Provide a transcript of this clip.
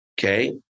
Okay